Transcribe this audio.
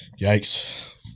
Yikes